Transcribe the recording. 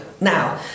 now